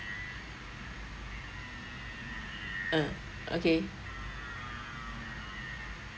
uh okay